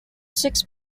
six